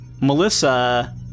Melissa